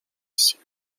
see